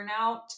burnout